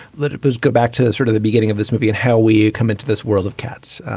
let it but go back to sort of the beginning of this movie in how we come into this world of cats.